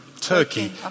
Turkey